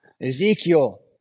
Ezekiel